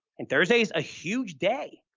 and thursday's a huge day.